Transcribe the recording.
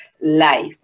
life